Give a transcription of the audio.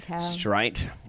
straight